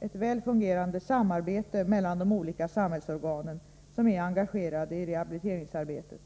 ett väl fungerande samarbete mellan de olika samhällsorgan som är engagerade i rehabiliteringsarbetet.